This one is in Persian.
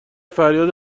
فریاد